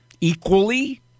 equally